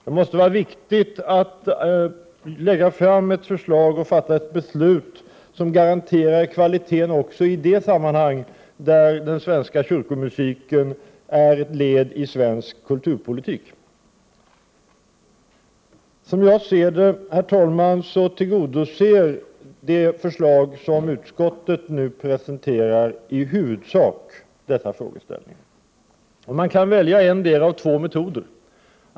Det måste vara viktigt att lägga fram ett förslag och fatta ett beslut som garanterar kvaliteten också i de sammanhang där den svenska kyrkomusiken är ett led i svensk kulturpolitik. Herr talman! Det förslag som utskottet nu presenterar tillgodoser i huvudsak vad jag har nämnt. Man kan välja en av två metoder.